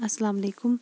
السلام علیکُم